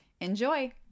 Enjoy